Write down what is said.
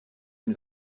une